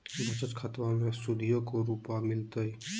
बचत खाताबा मे सुदीया को रूपया मिलते?